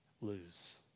lose